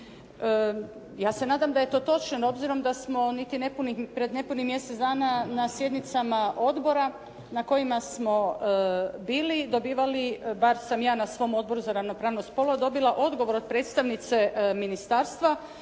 Ja se nadam da je točno obzirom da smo pred nepunih mjesec dana na sjednicama odbora na kojima smo bili dobivali, bar sam ja na svom Odboru za ravnopravnost spolova dobila odgovor od predstavnice ministarstva